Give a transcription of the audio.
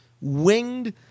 winged